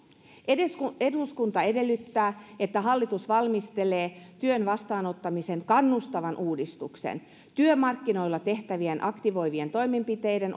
eduskunta edellyttää että hallitus valmistelee työn vastaanottamiseen kannustavan uudistuksen työmarkkinoilla tehtävien aktivoivien toimenpiteiden